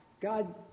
God